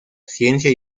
ciencia